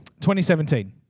2017